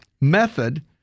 method